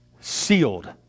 Sealed